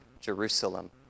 Jerusalem